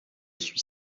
suis